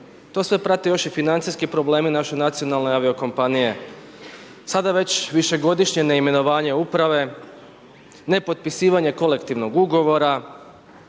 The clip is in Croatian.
to sve prate loši financijski problemi naše nacionalne avio-kompanije sada već višegodišnje neimenovanje uprave, nepotpisivanje kolektivnog ugovora.